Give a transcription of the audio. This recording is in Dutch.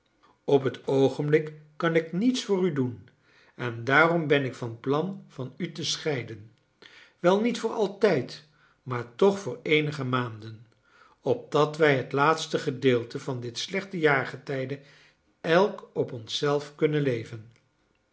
op het oogenblik kan ik niets voor u doen en daarom ben ik van plan van u te scheiden wel niet voor altijd maar toch voor eenige maanden opdat wij het laatste gedeelte van dit slechte jaargetijde elk op ons zelf kunnen leven